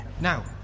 Now